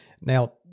Now